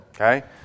okay